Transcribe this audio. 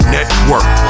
Network